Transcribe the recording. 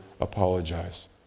apologize